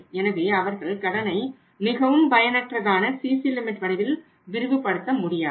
எனவே அவர்கள் கடனை மிகவும் பயனற்ற சிசி லிமிட் வடிவில் விரிவுபடுத்த முடியாது